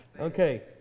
Okay